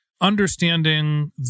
understanding